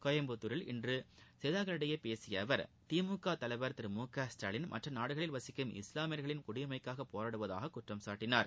கோயம்புத்தாரில் இன்று செய்தியாளர்களிடம் பேசிய அவர் திமுக தலைவர் திரு மு க ஸ்டாலின் மற்ற நாடுகளில் வசிக்கும் இஸ்லாமியர்களின் குடியுரிமைக்காக போராடுவதாக குற்றஞ்சாட்டினார்